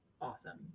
awesome